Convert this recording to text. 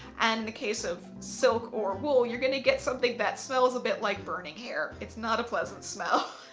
and in the case of silk or wool, you're going to get something that smells a bit like burning hair. it's not a pleasant smell.